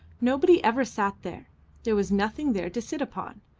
nobody ever sat there there was nothing there to sit upon,